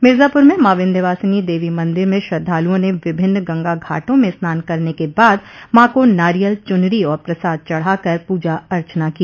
मिर्जापुर में मॉ विन्ध्यवासिनी देवी मन्दिर में श्रद्धालुओं ने विभिन्न गंगा घाटों में स्नान करने के बाद मॉ को नारियल चुनरी और प्रसाद चढ़ाकर पूजा अर्चना की